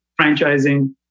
franchising